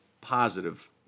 positive